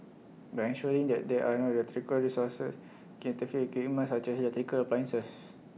by ensuring that there are no electrical resources can interfere game as such as electrical appliances